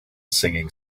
singing